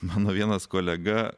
mano vienas kolega